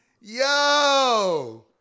Yo